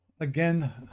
again